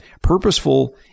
purposeful